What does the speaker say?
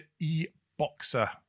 e-Boxer